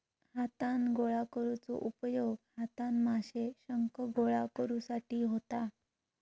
हातान गोळा करुचो उपयोग हातान माशे, शंख गोळा करुसाठी होता